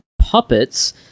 puppets